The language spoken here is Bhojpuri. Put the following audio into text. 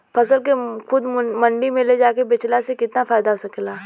फसल के खुद मंडी में ले जाके बेचला से कितना फायदा हो सकेला?